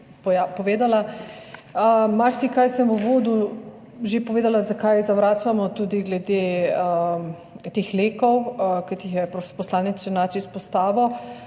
povedala. Marsikaj sem v uvodu že povedala, zakaj zavračamo, tudi glede teh LEK-ov, ki jih je poslanec Černač izpostavil.